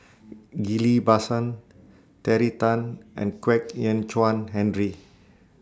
Ghillie BaSan Terry Tan and Kwek Hian Chuan Henry